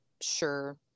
Sure